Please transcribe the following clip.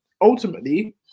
ultimately